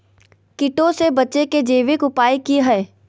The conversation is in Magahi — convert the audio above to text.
कीटों से बचे के जैविक उपाय की हैय?